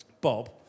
Bob